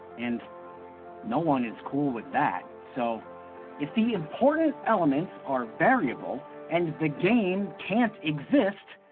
and no one is cool with that. so if the important elements are variable and the game can't exist